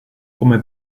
come